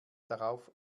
darauf